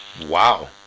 Wow